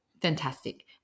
fantastic